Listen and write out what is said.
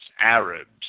Arabs